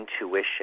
Intuition